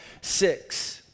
six